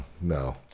No